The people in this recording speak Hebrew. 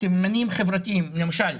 סממנים חברתיים, למשל,